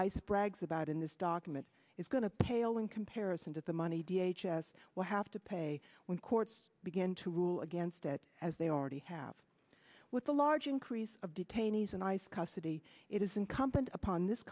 ice brags about in this document is going to pale in comparison to the money d h s will have to pay when courts begin to rule against it as they already have with a large increase of detainees and ice custody it is incumbent upon this